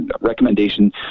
recommendation